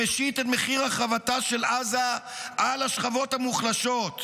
שמשית את מחיר החרבתה של עזה על השכבות המוחלשות,